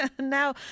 Now